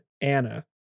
Anna